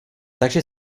takže